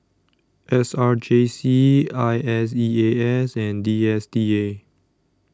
S R J C I S E A S and D S T A